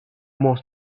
most